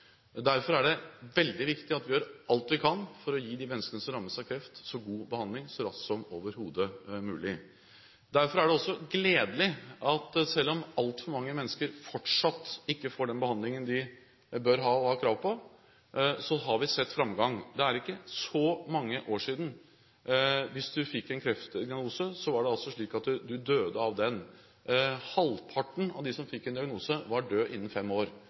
Derfor er det veldig viktig at vi gjør alt vi kan for å gi de menneskene som rammes av kreft, god behandling så raskt som overhodet mulig. Derfor er det også gledelig at selv om altfor mange mennesker fortsatt ikke får den behandlingen de bør ha, og har krav på, har vi sett framgang. Det er ikke så mange år siden det var slik at hvis du fikk en kreftdiagnose, så døde du av den. Halvparten av dem som fikk en diagnose, var døde innen fem år.